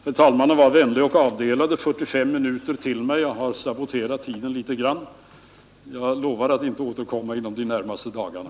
Herr talmannen var vänlig och avdelade 45 minuter till mig. Jag har saboterat tiden litet grand. Jag lovar att inte återkomma inom de närmaste dagarna.